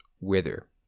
Wither